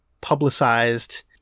publicized